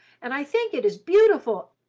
and i think it is beautiful,